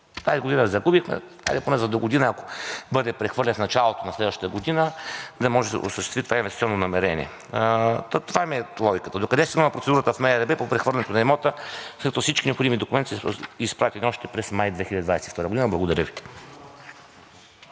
за догодина, ако бъде прехвърлен в началото на следващата година, да може да се осъществи това инвестиционно намерение. Та, това ми е логиката. Докъде е стигнала процедурата в МРРБ по прехвърлянето на имота, след като всички необходими документи са изпратени още през май 2022 г.? Благодаря Ви.